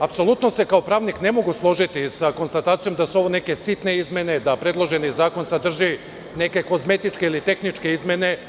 Apsolutno se kao pravnik ne mogu složiti sa konstatacijom da su ovo neke sitne izmene, da predloženi zakon sadrži neke kozmetičke ili tehničke izmene.